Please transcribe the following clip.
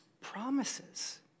promises